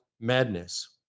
madness